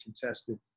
contested